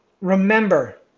remember